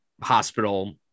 hospital